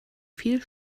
viel